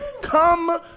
Come